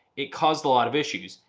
it caused lot of issues,